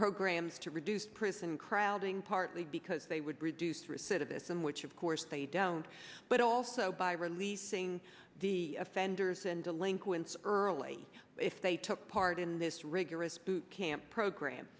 programs to reduce prison crowding partly because they would reduce recidivism which of course they don't but also by releasing the offenders and delinquents early if they took part in this rigorous boot camp program